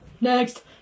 Next